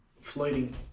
Floating